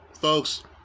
Folks